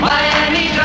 Miami